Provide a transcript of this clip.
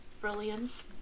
brilliance